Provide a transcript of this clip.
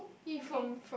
okay